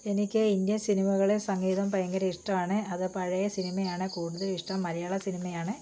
എനിക്ക് ഇന്ത്യൻ സിനിമകളെ സംഗീതം ഭയങ്കര ഇഷ്ടമാണ് അതു പഴയ സിനിമയാണ് കൂടുതലും ഇഷ്ടം മലയാള സിനിമയാണ്